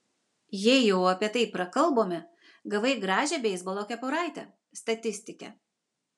jei jau apie tai prakalbome gavai gražią beisbolo kepuraitę statistike